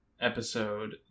episode